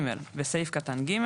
(ג)בסעיף קטן (ג),